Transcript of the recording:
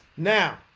Now